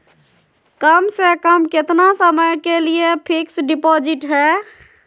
कम से कम कितना समय के लिए फिक्स डिपोजिट है?